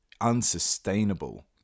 unsustainable